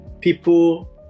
people